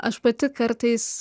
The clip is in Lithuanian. aš pati kartais